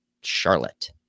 Charlotte